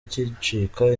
gicika